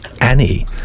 annie